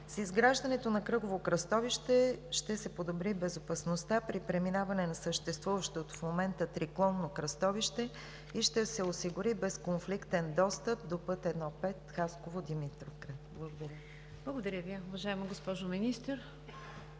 С изграждането на кръгово кръстовище ще се подобри безопасността при преминаване на съществуващото в момента триклонно кръстовище и ще се осигури безконфликтен достъп до път I 5 Димитровград – Хасково. Благодаря Ви.